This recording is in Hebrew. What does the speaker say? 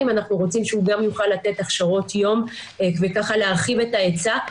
אנחנו רוצים שהוא גם יוכל לתת הכשרות יום וככה להרחיב את ההיצע.